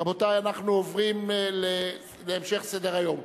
רבותי, אנחנו עוברים להמשך סדר-היום.